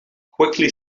quickly